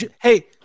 Hey